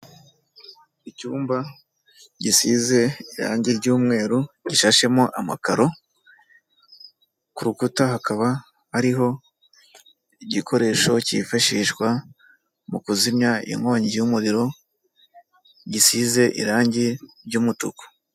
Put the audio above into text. Icyumba gisize irangi ry'umweru, gishashemo amakaro, ku rukuta hakaba ari ho igikoresho cyifashishwa mu kuzimya inkongi y'umuriro, gisize irangi ry'umutuku.